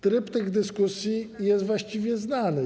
Tryb tych dyskusji jest właściwie znany.